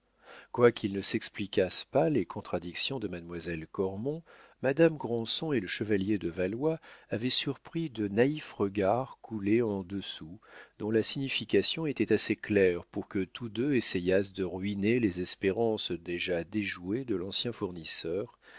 quoiqu'ils ne s'expliquassent pas les contradictions de mademoiselle cormon madame granson et le chevalier de valois avaient surpris de naïfs regards coulés en dessous dont la signification était assez claire pour que tous deux essayassent de ruiner les espérances déjà déjouées de l'ancien fournisseur